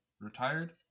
retired